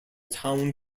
town